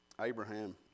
Abraham